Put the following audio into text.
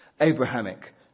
Abrahamic